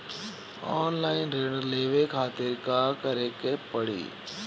Online ऋण लेवे के खातिर का करे के पड़ी?